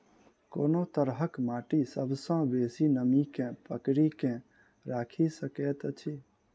कोन तरहक माटि सबसँ बेसी नमी केँ पकड़ि केँ राखि सकैत अछि?